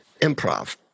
Improv